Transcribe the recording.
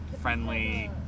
friendly